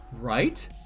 Right